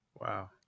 Wow